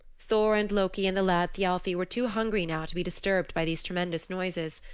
thor and loki and the lad thialfi were too hungry now to be disturbed by these tremendous noises.